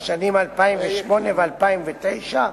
בשנים 2008 ו-2009,